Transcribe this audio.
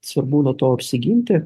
svarbu nuo to apsiginti